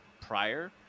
prior